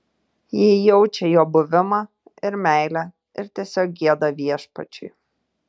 ji jaučia jo buvimą ir meilę ir tiesiog gieda viešpačiui